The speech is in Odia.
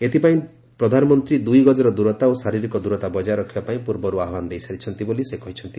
ଏଥିପାଇଁ ପ୍ରଧାନମନ୍ତ୍ରୀ ଦୁଇ ଗଳର ଦୂରତା ଓ ଶାରୀରିକ ଦୂରତା ବଜାୟ ରଖିବା ପାଇଁ ପୂର୍ବରୁ ଆହ୍ୱାନ ଦେଇସାରିଛନ୍ତି ବୋଲି ସେ କହିଛନ୍ତି